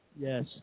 Yes